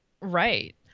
Right